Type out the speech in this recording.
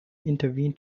intervene